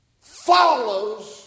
follows